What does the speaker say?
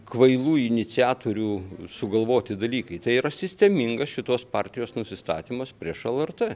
kvailų iniciatorių sugalvoti dalykai tai yra sistemingas šitos partijos nusistatymas prieš lrt